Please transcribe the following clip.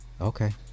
okay